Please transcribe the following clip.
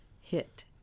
hit